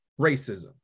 racism